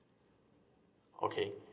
okay